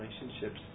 relationships